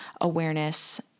Awareness